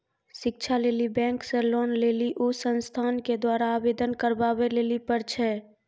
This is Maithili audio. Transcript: शिक्षा लेली बैंक से लोन लेली उ संस्थान के द्वारा आवेदन करबाबै लेली पर छै?